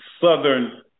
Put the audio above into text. southern